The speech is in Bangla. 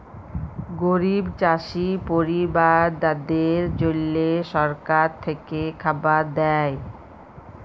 গরিব চাষী পরিবারদ্যাদের জল্যে সরকার থেক্যে খাবার দ্যায়